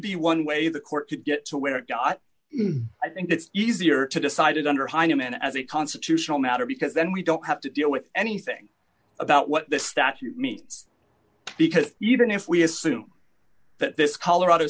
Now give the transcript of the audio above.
be one way the court could get to where it got i think it's easier to decided under heineman as a constitutional matter because then we don't have to deal with anything about what the statute means because even if we assume that this colorado